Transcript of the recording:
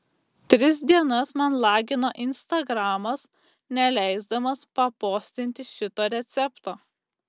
tris dienas man lagino instagramas neleisdamas papostinti šito recepto